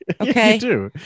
Okay